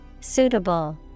Suitable